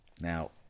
Now